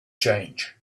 change